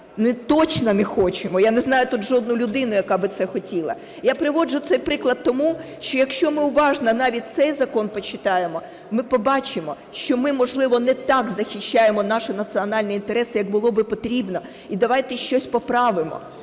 Точно не хочемо, я не знаю тут жодної людини, яка би цього хотіла. Я приводжу цей приклад тому, що якщо ми уважно навіть цей закон почитаємо, ми побачимо, що ми, можливо, не так захищаємо наші національні інтереси, як було би потрібно і давайте щось поправимо.